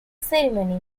ceremony